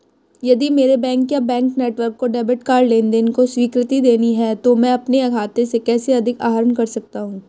यदि मेरे बैंक या बैंक नेटवर्क को डेबिट कार्ड लेनदेन को स्वीकृति देनी है तो मैं अपने खाते से कैसे अधिक आहरण कर सकता हूँ?